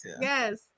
Yes